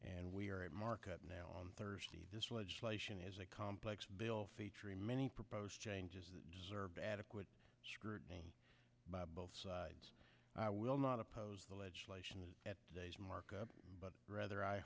and we are at market now on thursday this legislation is a complex bill featuring many proposed changes that deserve adequate scrutiny by both sides i will not oppose the legislation at today's markup but rather i